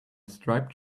striped